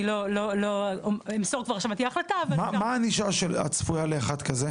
אני לא אמסור כבר עכשיו אם תהיה החלטה --- מה הענישה הצפויה לדבר כזה?